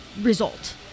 result